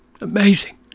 Amazing